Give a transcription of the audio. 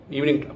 Evening